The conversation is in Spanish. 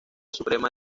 suprema